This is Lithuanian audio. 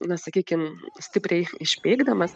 na sakykime stipriai išpeikdamas